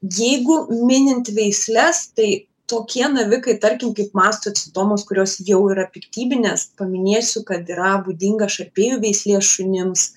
jeigu minint veisles tai tokie navikai tarkim kaip mastocitomos kurios jau yra piktybinės paminėsiu kad yra būdinga šarpėjų veislės šunims